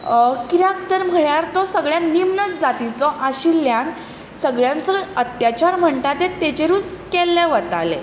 कित्याक तर म्हणल्यार तो सगळ्यान निम्न जातीचो आशिल्ल्यान सगळ्यांचो अत्याचार म्हणटा तो तेजेरूच केल्ले वताले